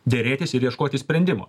derėtis ir ieškoti sprendimų